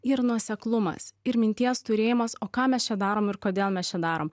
ir nuoseklumas ir minties turėjimas o ką mes čia darom ir kodėl mes čia darom